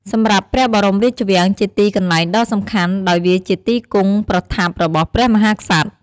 សម្រាប់ព្រះបរមរាជវាំងជាទីកន្លែងដ៏សំខាន់ ដោយវាជាទីគង់ប្រថាប់របស់ព្រះមហាក្សត្រ។